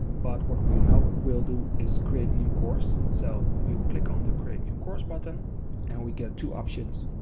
but what we know will do is create a new course. so we will click on the create new course button and we get two options.